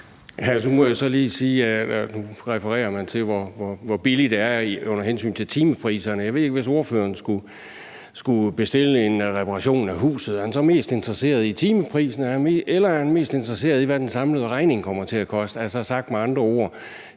nu refererer til, hvor billigt det er, hvad angår timepriserne. Jeg ved ikke, om ordføreren, hvis han skulle bestille en reparation af huset, så er mest interesseret i timeprisen, eller om han er mest interesseret i, hvad den samlede regning kommer til at være